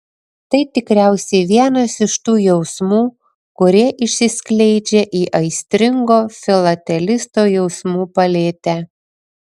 tai tikriausiai vienas iš tų jausmų kurie išsiskleidžia į aistringo filatelisto jausmų paletę